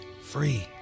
free